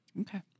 Okay